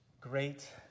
great